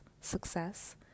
success